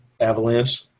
Avalanche